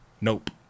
Nope